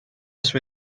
sue